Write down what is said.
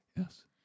Yes